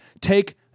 take